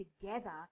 together